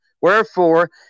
Wherefore